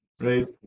Right